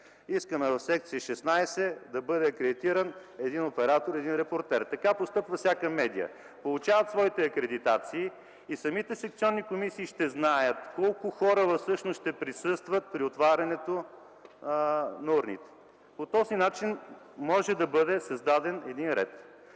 искат в секция № 16 да бъде акредитиран един оператор и един репортер. Така постъпва всяка медия – получава своите акредитации, и самите секционни комисии ще знаят колко хора всъщност ще присъстват при отварянето на урните. По този начин може да бъде създаден ред.